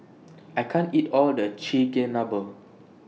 I can't eat All of This Chigenabe